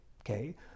Okay